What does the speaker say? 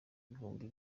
ibihumbi